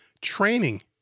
Training